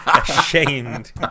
Ashamed